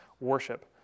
worship